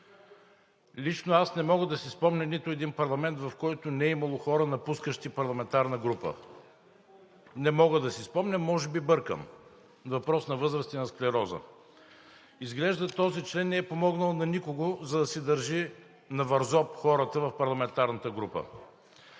Лично аз не мога да си спомня нито един парламент, в който не е имало хора, напускащи парламентарна група. Не мога да си спомня, може би бъркам –въпрос на възраст и на склероза. Изглежда този член не е помогнал на никого, за да си държи на вързоп хората в парламентарната група,